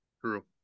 True